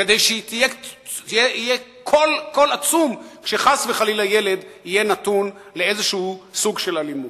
כדי שיהיה קול עצום כשחס וחלילה ילד יהיה נתון לאיזשהו סוג של אלימות.